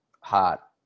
hot